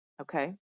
okay